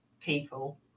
people